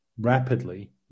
rapidly